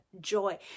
joy